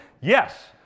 Yes